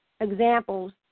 examples